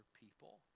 people